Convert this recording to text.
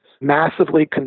massively